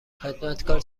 خدمتکار